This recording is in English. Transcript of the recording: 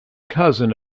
cousin